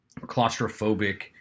claustrophobic